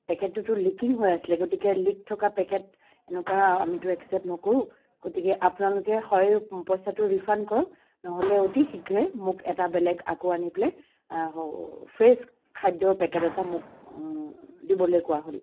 পেকেটটোতো leaking হৈ আছিলে গতিকে লীক থকা পেকেট এনেকুৱা আমিতো একচেপ্ট নকৰোঁ গতিকে আপোনালোকে হয় পইচাটো ৰিফাণ্ড কৰক নহ'লে অতি শীঘ্ৰেই মোক এটা বেলেগ আকৌ আনি পেলাই হ' ফ্ৰেছ খাদ্যৰ পেকেট এটা মোক দিবলৈ কোৱা হ'ল